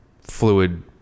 fluid